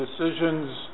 decisions